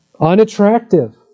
unattractive